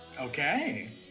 Okay